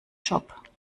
job